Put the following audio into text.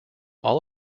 all